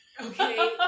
Okay